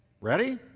ready